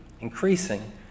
increasing